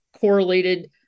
correlated